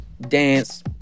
Dance